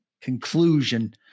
conclusion